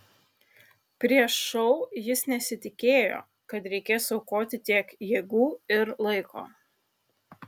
prieš šou jis nesitikėjo kad reikės aukoti tiek jėgų ir laiko